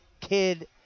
kid